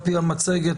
על-פי המצגת,